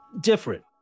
different